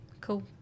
Cool